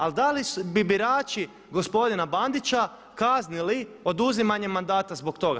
Ali da li bi birači gospodina Bandića kaznili oduzimanjem mandata zbog toga?